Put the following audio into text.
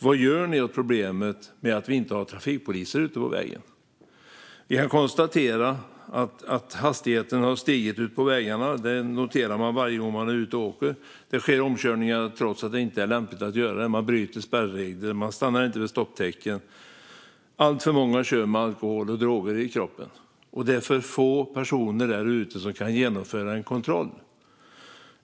Vad gör ni åt problemet att vi inte har trafikpoliser ute på vägarna? Hastigheterna har ökat ute på vägarna; det noterar jag varje gång jag är ute och åker. Det sker olämpliga omkörningar, man bryter spärregler, man stannar inte vid stopptecken och alltför många kör med alkohol och droger i kroppen. Samtidigt är det för få personer där ute som kan genomföra en kontroll.